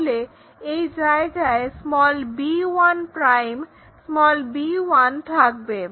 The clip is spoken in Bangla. তাহলে এই জায়গায় b1' b1 থাকবে